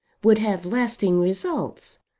would have lasting results,